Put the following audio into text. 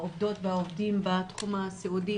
העובדות והעובדים בתחום הסיעודי,